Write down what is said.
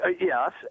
Yes